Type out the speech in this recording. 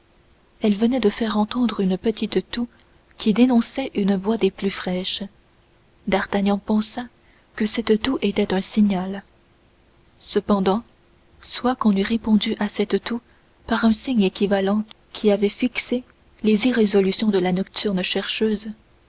elle venait de faire entendre une petite toux qui dénonçait une voix des plus fraîches d'artagnan pensa que cette toux était un signal cependant soit qu'on eût répondu à cette toux par un signe équivalent qui avait fixé les irrésolutions de la nocturne chercheuse